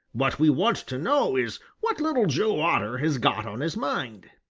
what we want to know is what little joe otter has got on his mind.